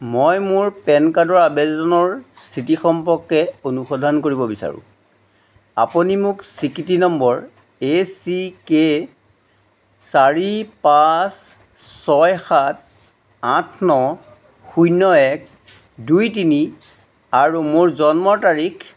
মই মোৰ পেন কাৰ্ডৰ আবেদনৰ স্থিতি সম্পৰ্কে অনুসন্ধান কৰিব বিচাৰোঁ আপুনি মোক স্বীকৃতি নম্বৰ এ চি কে চাৰি পাঁচ ছয় সাত আঠ ন শূন্য এক দুই তিনি আৰু মোৰ জন্ম তাৰিখ